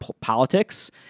politics